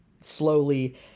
slowly